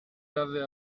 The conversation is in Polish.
razy